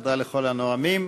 תודה לכל הנואמים.